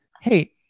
hey